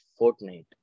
fortnite